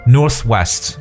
Northwest